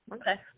Okay